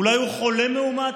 אולי הוא חולה מאומת.